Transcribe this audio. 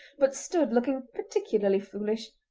but stood looking particularly foolish,